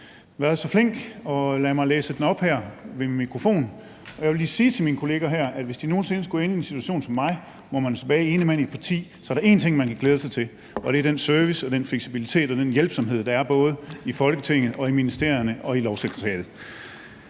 været så flink at lade mig læse den op her ved min mikrofon. Jeg vil lige sige til mine kollegaer her, at hvis de nogen sinde skulle ende i en situation som mig, hvor man er ene mand tilbage i et parti, er der én ting, man kan glæde sig til, og det er den service og den fleksibilitet og den hjælpsomhed, der er, både i Folketinget, i ministerierne og i Lovsekretariatet.